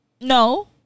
no